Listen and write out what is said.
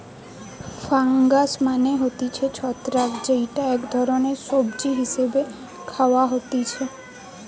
fungus মানে হতিছে ছত্রাক যেইটা এক ধরণের সবজি হিসেবে খাওয়া হতিছে